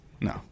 No